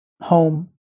home